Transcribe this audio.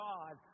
God